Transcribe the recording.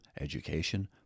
education